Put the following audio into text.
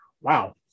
Wow